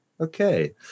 Okay